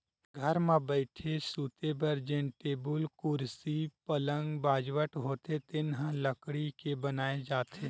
घर म बइठे, सूते बर जेन टेबुल, कुरसी, पलंग, बाजवट होथे तेन ह लकड़ी के बनाए जाथे